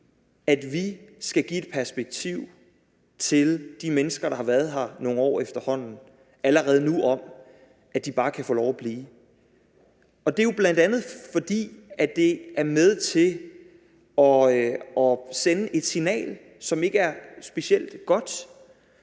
at vi skal give et perspektiv til de mennesker, der har været her nogle år efterhånden, allerede nu om, at de bare kan få lov til at blive, og det er jo, bl.a. fordi det er med til at sende et signal, som ikke er specielt godt